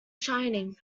shining